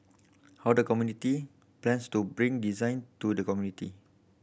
how the community plans to bring design to the community